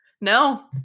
No